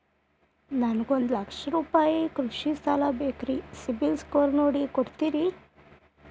ನನಗೊಂದ ಲಕ್ಷ ರೂಪಾಯಿ ಕೃಷಿ ಸಾಲ ಬೇಕ್ರಿ ಸಿಬಿಲ್ ಸ್ಕೋರ್ ನೋಡಿ ಕೊಡ್ತೇರಿ?